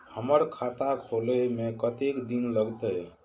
हमर खाता खोले में कतेक दिन लगते?